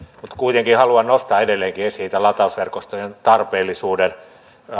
mutta kuitenkin haluan nostaa edelleenkin esiin tämän latausverkostojen tarpeellisuuden